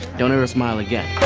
don't ever smile again.